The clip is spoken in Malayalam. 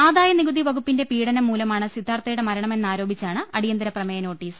ആദായനികുതി വകുപ്പിന്റെ പീഡനം മൂലമാണ് സിദ്ധാർത്ഥയുടെ മരണമെന്ന് ആരോപിച്ചാണ് അടിയന്തര പ്രമേയ നോട്ടീസ്